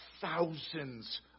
thousands